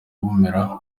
bumera